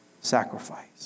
Sacrifice